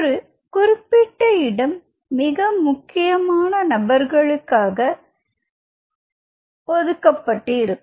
ஒரு குறிப்பிட்ட இடம் மிக முக்கியமான நபர்களுக்காக ஒதுக்கப்பட்டிருக்கும்